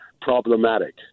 problematic